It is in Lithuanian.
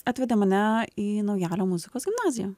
atvedė mane į naujalio muzikos gimnaziją